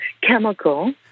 chemical